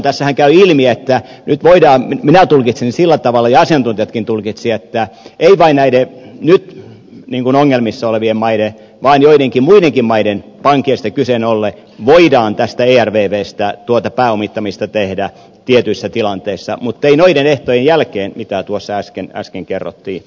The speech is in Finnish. tässähän käy ilmi minä tulkitsen sen sillä tavalla ja asiantuntijatkin tulkitsivat että ei vain näiden nyt ongelmissa olevien maiden vaan joidenkin muidenkin maiden pankeista kyseen ollen voidaan tästä ervvstä tuota pääomittamista tehdä tietyissä tilanteissa muttei noiden ehtojen jälkeen mitä tuossa äsken kerrottiin